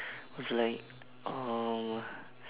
was like uh